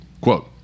Quote